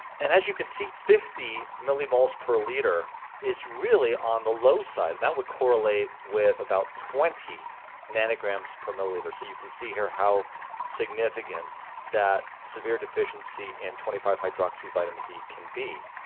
and as you can see fifty millimoles per liter is really on the low side, and that would correlate with about twenty nanograms per milliliter. so you can see here how significant that severe deficiency in twenty five hydroxy vitamin d can be.